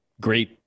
great